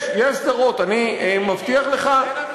יש, יש סדרות, אני מבטיח לך.